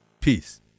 peace